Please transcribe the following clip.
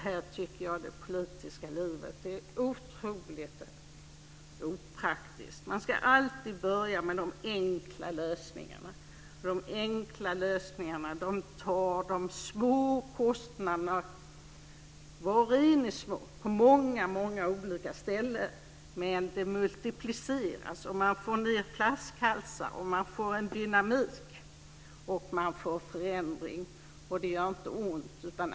Här tycker jag att det politiska livet är otroligt opraktiskt. Man ska alltid börja med de enkla lösningarna. De enkla lösningarna tar de små kostnaderna på många olika ställen, men de multipliceras. Man får ned antalet flaskhalsar. Man får dynamik och förändring. Det gör inte ont.